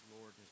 Lord